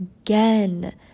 again